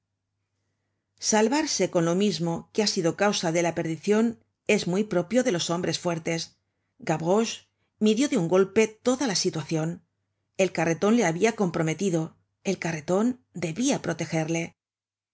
salvarse con lo mismo que ha sido causa de la perdicion es muy propio de los hombres fuertes gavroche midió de un golpe toda la situacion el carreton le habia comprometido el carreton debia protegerle